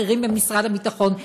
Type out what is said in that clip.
בכירים במשרד הביטחון,